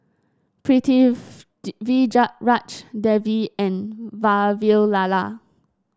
Devi and Vavilala